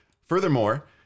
Furthermore